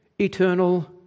eternal